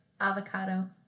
avocado